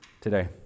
today